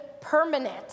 permanent